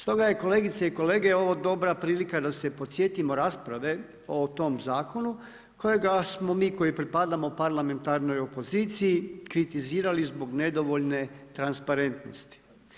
Stoga je kolegice i kolege, ovo dobra prilika da se podsjetimo rasprave o tom zakonu kojega smo mi koji pripadamo parlamentarnoj opoziciji kritizirali zbog nedovoljne transparentnosti.